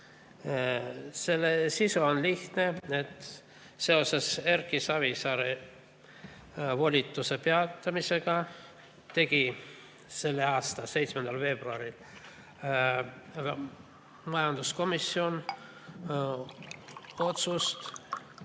Selle sisu on lihtne. Seoses Erki Savisaare volituste peatamisega tegi selle aasta 7. veebruaril majanduskomisjon otsuse